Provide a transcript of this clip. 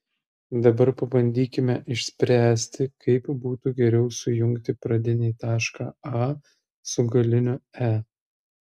dabar pabandykime išspręsti kaip būtų geriau sujungti pradinį tašką a su galiniu e